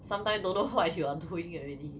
sometimes don't know what you are doing already